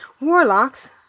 Warlocks